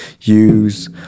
use